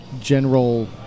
general